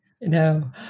No